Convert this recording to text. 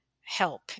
help